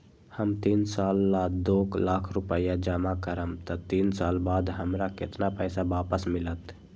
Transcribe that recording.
हम तीन साल ला दो लाख रूपैया जमा करम त तीन साल बाद हमरा केतना पैसा वापस मिलत?